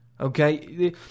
okay